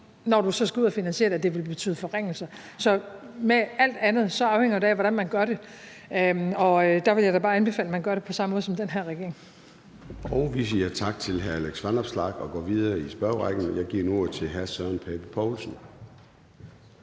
være en risiko for, at det vil betyde forringelser. Så ligesom med alt andet afhænger det af, hvordan man gør det, og der vil jeg da bare anbefale, at man gør det på samme måde som den her regering. Kl. 13:57 Formanden (Søren Gade): Vi siger tak til hr. Alex Vanopslagh. Vi går videre i spørgerrækken, og jeg giver nu ordet til hr. Søren Pape Poulsen.